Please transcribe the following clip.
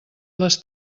les